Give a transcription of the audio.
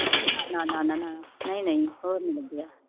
ਨਾ ਨਾ ਨਾ ਨਾ ਨਹੀਂ ਨਹੀਂ ਹੋਰ ਨਹੀਂ ਲੱਗਿਆ